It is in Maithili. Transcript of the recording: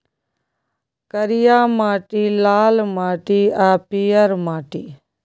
करिया माटि, लाल माटि आ पीयर माटि